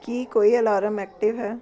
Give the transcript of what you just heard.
ਕੀ ਕੋਈ alarm active ਹੈ